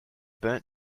burnt